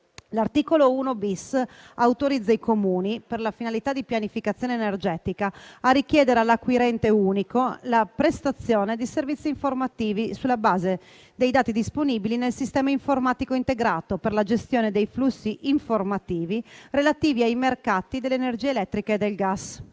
L'articolo 1-*bis* autorizza i Comuni per la finalità di pianificazione energetica a richiedere all'acquirente unico la prestazione di servizi informativi sulla base dei dati disponibili nel sistema informatico integrato per la gestione dei flussi informativi relativi ai mercati dell'energia elettrica e del gas.